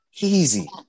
easy